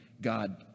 God